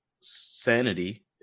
sanity